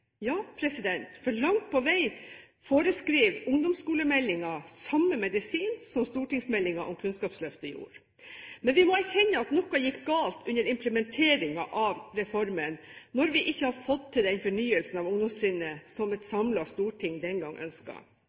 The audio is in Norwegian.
Ja, for langt på vei foreskriver ungdomskolemeldingen samme medisin som stortingsmeldingen om Kunnskapsløftet gjorde. Men vi må erkjenne at noe gikk galt under implementeringen av reformen når vi ikke har fått til den fornyelsen av ungdomstrinnet som et samlet storting den gang